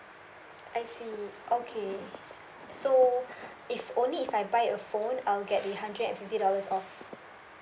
I see okay so if only if I buy a phone I'll get a hundred and fifty dollars off